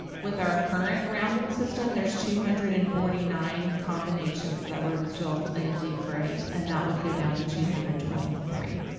with our current rounding system, there's two hundred and forty nine combinations that will result in a d grade, and that would go down to two hundred and twenty three.